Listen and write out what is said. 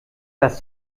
das